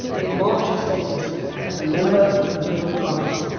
it marked your status as a member of the middle class.